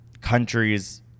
countries